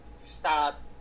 stop